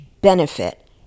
benefit